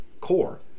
core